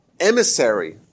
emissary